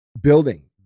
building